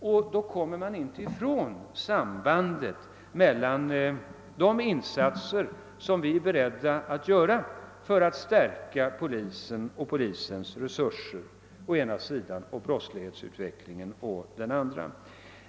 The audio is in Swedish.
Då kommer man inte ifrån sambandet mellan å ena sidan de insatser som vi är beredda att göra för att stärka polisen och dess resurser och å andra sidan utvecklingen av brottsligheten.